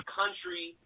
country